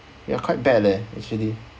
ya quite bad leh actually